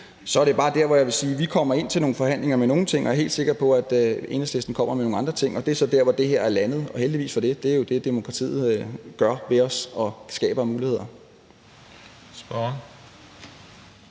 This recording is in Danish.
skabe de åbninger. Så jeg vil bare sige, at vi kommer ind til nogle forhandlinger med nogle ting, og jeg er helt sikker på, at Enhedslisten kommer med nogle andre ting, og det er så der, hvor det her er landet, og heldigvis for det. Det er jo det, demokratiet gør, og de muligheder,